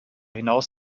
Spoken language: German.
hinaus